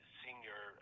senior